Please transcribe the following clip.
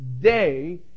day